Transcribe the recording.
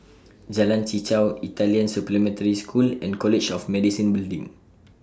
Jalan Chichau Italian Supplementary School and College of Medicine Building